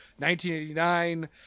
1989